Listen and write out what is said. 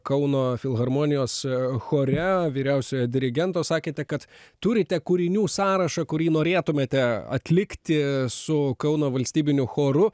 kauno filharmonijos chore vyriausiojo dirigento sakėte kad turite kūrinių sąrašą kurį norėtumėte atlikti su kauno valstybiniu choru